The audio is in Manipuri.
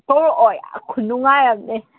ꯀꯧꯔꯛꯑꯣꯏ ꯈꯨꯅꯨꯡꯉꯥꯏ ꯑꯝꯅꯤ